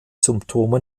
symptome